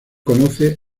conoce